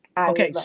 okay,